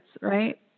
right